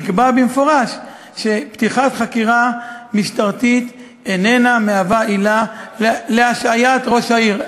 נקבע במפורש שפתיחת חקירה משטרתית איננה מהווה עילה להשעיית ראש העיר.